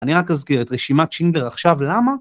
אני רק אזכיר את רשימת שינדלר עכשיו, למה?